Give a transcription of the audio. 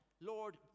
Lord